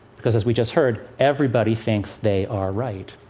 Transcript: because, as we just heard, everybody thinks they are right.